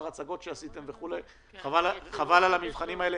הצגות שנעשו וכו' חבל על המבחנים האלה.